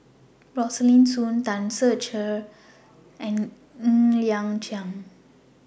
Rosaline Soon Tan Ser Cher and Ng Liang Chiang